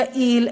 יעיל,